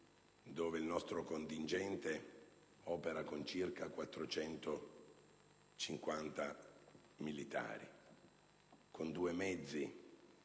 dove il nostro contingente opera con circa 450 militari. Con due mezzi